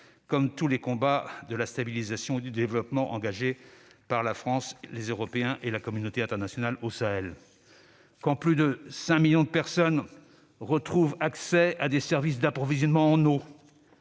de tous les combats en faveur de la stabilisation et du développement engagés par la France, les Européens et la communauté internationale au Sahel. Quand plus de 5 millions de personnes retrouvent un accès à des services d'approvisionnement en eau,